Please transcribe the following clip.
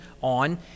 on